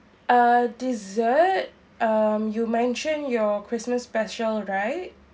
uh dessert um you mention your christmas special right